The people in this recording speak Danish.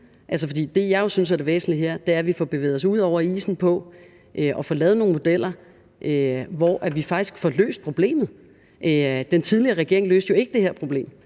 det, jeg synes er det væsentlige her, er, at vi får bevæget os ud over isen med hensyn til at få lavet nogle modeller, hvor vi faktisk får løst problemet. Den tidligere regering løste jo ikke det her problem.